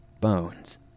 Bones